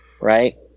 Right